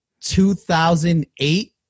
2008